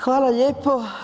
Hvala lijepo.